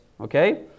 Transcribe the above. Okay